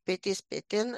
petys petin